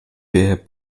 bear